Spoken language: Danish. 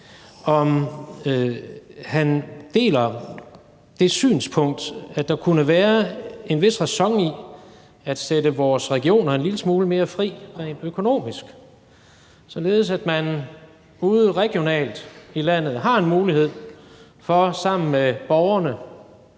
han deler det synspunkt, at der kunne være en vis ræson i at sætte vores regioner en lille smule mere fri rent økonomisk, således at man ude regionalt i landet har en mulighed for sammen med borgerne